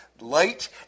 light